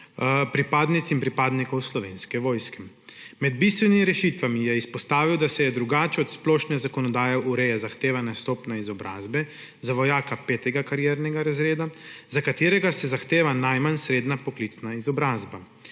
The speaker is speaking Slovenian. pripadnic in pripadnikov Slovenske vojske. Med bistvenimi rešitvami je izpostavil, da se drugače od splošne zakonodaje ureja zahtevane stopnje izobrazbe za vojaka petega kariernega razreda, za katerega se zahteva najmanj srednja poklicna izobrazba.